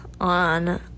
on